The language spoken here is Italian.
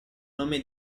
nome